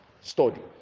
Study